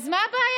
אז מה הבעיה?